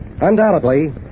Undoubtedly